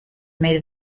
made